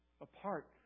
Apart